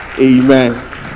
amen